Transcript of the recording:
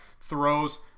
throws